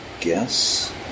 guess